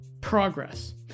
progress